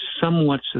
somewhat